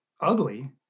ugly